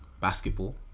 basketball